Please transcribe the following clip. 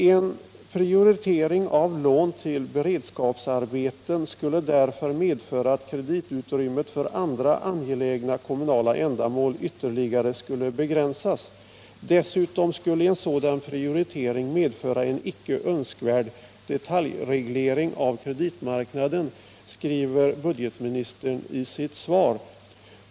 ”En prioritering av lån till beredskapsarbeten skulle därför medföra att kreditutrymmet för andra angelägna kommunala ändamål ytterligare skulle begränsas. Dessutom skulle en sådan prioritering medföra en icke önskvärd detaljreglering av kreditmarknaden.” Det skriver budgetministern i sitt svar.